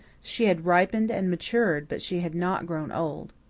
she had ripened and matured, but she had not grown old.